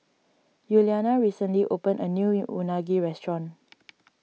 Yuliana recently opened a new Unagi restaurant